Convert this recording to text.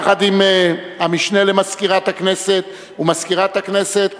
יחד עם המשנה למזכירת הכנסת ומזכירת הכנסת,